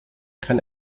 kann